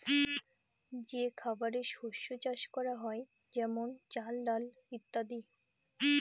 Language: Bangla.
যে খাবারের শস্য চাষ করা হয় যেমন চাল, ডাল ইত্যাদি